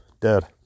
dead